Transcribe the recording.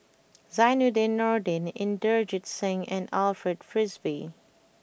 Zainudin Nordin Inderjit Singh and Alfred Frisby